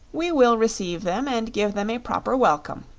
we will receive them and give them a proper welcome,